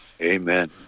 Amen